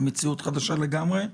מציאות חדשה לגמרי.